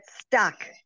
stuck